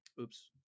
Oops